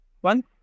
One